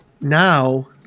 now